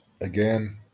again